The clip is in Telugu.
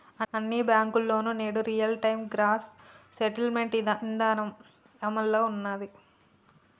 అన్ని బ్యేంకుల్లోనూ నేడు రియల్ టైం గ్రాస్ సెటిల్మెంట్ ఇదానం అమల్లో ఉన్నాది